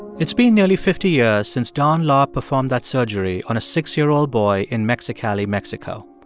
it's been nearly fifty years since don laub performed that surgery on a six year old boy in mexicali, mexico.